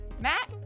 Matt